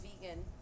vegan